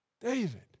David